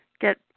Get